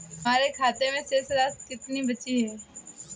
हमारे खाते में शेष राशि कितनी बची है?